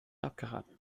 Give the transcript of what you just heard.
abgeraten